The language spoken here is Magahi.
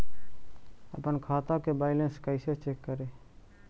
अपन खाता के बैलेंस कैसे चेक करे?